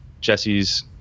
Jesse's